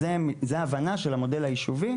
אז זו הבנה של המודל היישובי,